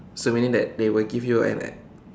so meaning that they will give you at like